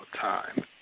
Time